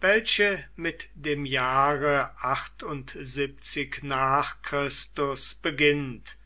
welche mit dem jahre nach chr beginnt